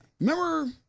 Remember